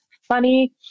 Funny